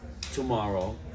tomorrow